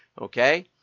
okay